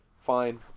fine